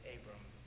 Abram